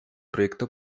proyecto